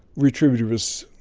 retributive us.